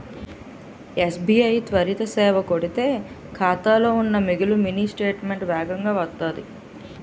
SBI త్వరిత సేవ కొడితే ఖాతాలో ఉన్న మిగులు మినీ స్టేట్మెంటు వేగంగా వత్తాది